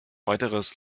weiteres